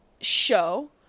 show